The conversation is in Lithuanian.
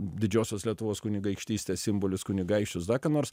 didžiosios lietuvos kunigaikštystės simbolius kunigaikščius da ką nors